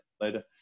later